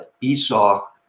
Esau